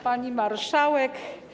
Pani Marszałek!